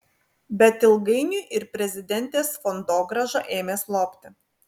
bet ilgainiui ir prezidentės fondogrąža ėmė slopti